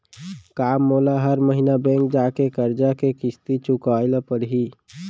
का मोला हर महीना बैंक जाके करजा के किस्ती चुकाए ल परहि?